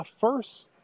first